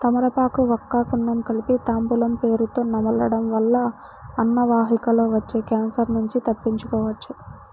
తమలపాకు, వక్క, సున్నం కలిపి తాంబూలం పేరుతొ నమలడం వల్ల అన్నవాహికలో వచ్చే క్యాన్సర్ నుంచి తప్పించుకోవచ్చు